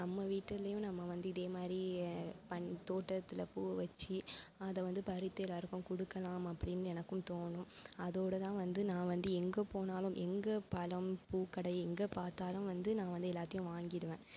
நம்ம வீட்டுலையும் நம்ம வந்து இதேமாதிரியே பண்ணி தோட்டத்தில் பூவை வச்சி அதை வந்து பறித்து எல்லாருக்கும் கொடுக்கலாம் அப்படின்னு எனக்கும் தோணும் அதோடதான் வந்து நான் வந்து எங்கு போனாலும் எங்கே பழம் பூக்கடை எங்கே பார்த்தாலும் வந்து நான் வந்து எல்லாத்தையும் வாங்கிவிடுவேன்